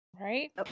Right